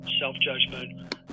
self-judgment